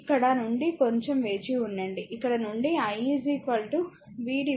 ఇక్కడ ఇక్కడ నుండి కొంచం వేచివుండండి ఇక్కడ నుండి i v Req అంటే i R eq R1 R2